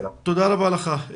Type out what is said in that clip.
תודה רבה לך.